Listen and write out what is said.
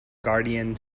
guardian